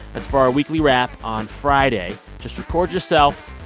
that's for our weekly wrap on friday. just record yourself,